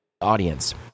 audience